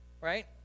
right